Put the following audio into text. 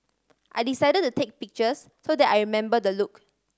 I decided to take pictures so that I remember the look